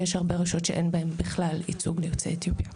ויש רשויות שאין בהן בכלל ייצוג ליוצאי אתיופיה.